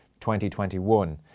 2021